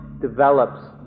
develops